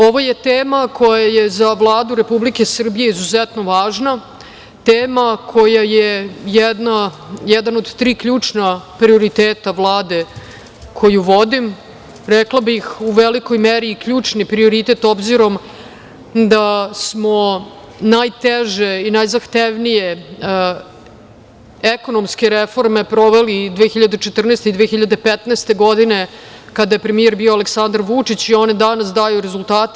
Ovo je tema koja je za Vladu Republike Srbije izuzetno važna, tema koja je jedan od tri ključna prioriteta Vlade koju vodim, rekla bih u velikoj meri i ključni prioritet, obzirom da smo najteže i najzahtevnije ekonomske reforme sproveli 2014. i 2015. godine, kada je premijer bio Aleksandar Vučić i one i danas daju rezultate.